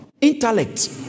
intellect